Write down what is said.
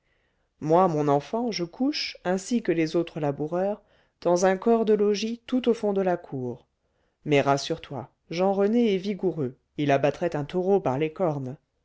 moi mon enfant je couche ainsi que les autres laboureurs dans un corps de logis tout au fond de la cour mais rassure-toi jean rené est vigoureux il abattrait un taureau par les cornes